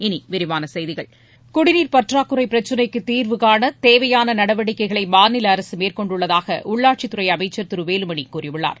இனி விரிவான செய்திகள் குடிநீர் பற்றாக்குறை பிரச்சினைக்கு தீர்வுகாண தேவையான நடவடிக்கைகளை மாநில அரசு மேற்கொண்டுள்ளதாக உள்ளாட்சித் துறை அமைச்சர் திரு வேலுமணி கூறியுள்ளார்